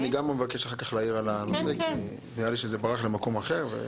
אני גם רוצה אחר-כך להעיר על הנושא כי נראה לי שזה ברח למקום אחר.